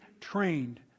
trained